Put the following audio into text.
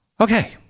Okay